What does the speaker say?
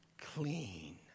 clean